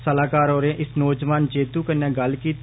सलाहकार होरें इस नौजवान जेत्तू कन्नै गल्ल कीती